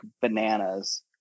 bananas